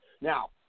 Now